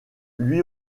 lui